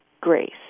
grace